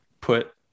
put